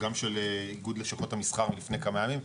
גם של איגוד לשכות המסחר מלפני כמה ימים.